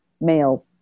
male